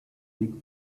liegt